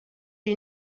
you